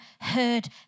heard